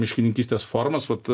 miškininkystės formas vat